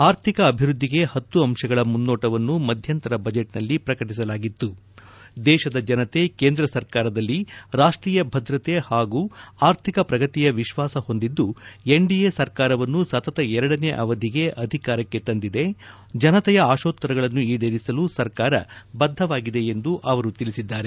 ಆರ್ಥಿಕ ಅಭಿವ್ವದ್ಲಿಗೆ ಹತ್ತು ಅಂಶಗಳ ಮುನ್ಸೋಟವನ್ನು ಮಧ್ಯಂತರ ಬಜೆಟ್ನಲ್ಲಿ ಪ್ರಕಟಿಸಲಾಗಿತ್ತು ದೇಶದ ಜನತೆ ಕೇಂದ್ರ ಸರ್ಕಾರದಲ್ಲಿ ರಾಷ್ಟೀಯ ಭದ್ರತೆ ಹಾಗೂ ಆರ್ಥಿಕ ಪ್ರಗತಿಯ ವಿಶ್ವಾಸ ಹೊಂದಿದ್ದು ಎನ್ಡಿಎ ಸರ್ಕಾರವನ್ನು ಸತತ ಎರಡನೇ ಅವಧಿಗೆ ಅಧಿಕಾರಕ್ಕೆ ತಂದಿದೆ ಜನತೆಯ ಆಶೋತ್ತರಗಳನ್ನು ಈಡೇರಿಸಲು ಸರ್ಕಾರ ಬದ್ದವಾಗಿದೆ ಎಂದು ಅವರು ತಿಳಿಸಿದ್ದಾರೆ